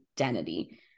identity